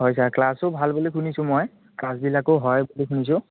হয় ছাৰ ক্লাছো ভাল বুলি শুনিছোঁ মই ক্লাছবিলাকো হয় বুলি শুনিছোঁ